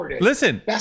Listen